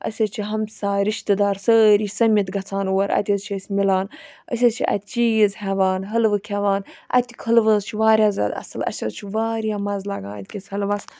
اَسہِ حظ چھِ ہَمساے رِشتہِ دار سٲری سٔمِتھ گَژھان اور اَتہِ حظ چھِ أسۍ مِلان أسۍ حظ چھِ اَتہِ چیٖز ہیٚوان حٔلوٕ کھیٚوان اَتکۍ حٔلوِ حظ چھُ واریاہ زیادٕ اَصل اَسہِ حظ چھُ واریاہ مَذٕ لَگان اَتکِس حٔلوَس